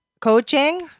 coaching